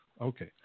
Okay